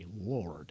lord